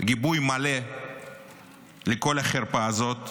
גיבוי מלא לכל החרפה הזאת.